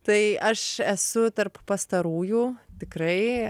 tai aš esu tarp pastarųjų tikrai